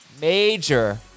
major